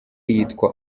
yitwa